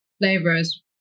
flavors